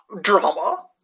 drama